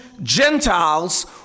Gentiles